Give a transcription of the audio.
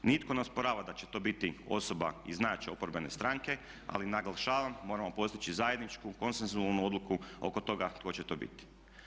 Nitko ne osporava da će to biti osoba iz najjače oporbene stranke ali naglašavam, moramo postići zajedničku, konsenzualnu odluku oko toga tko će to biti.